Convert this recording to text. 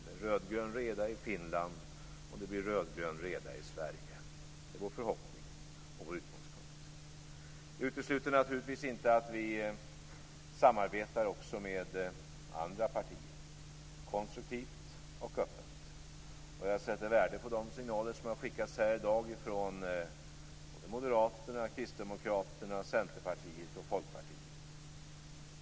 Det är rödgrön reda i Finland. Det blir rödgrön reda i Sverige - det är vår förhoppning och vår utgångspunkt. Vi utesluter naturligtvis inte att vi konstruktivt och öppet samarbetar också med andra partier. Jag sätter värde på de signaler som skickats här i dag från Folkpartiet.